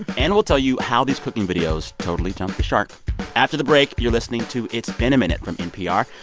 and we'll tell you how these cooking videos totally jumped the shark after the break. you're listening to it's been a minute from npr.